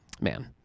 man